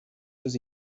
does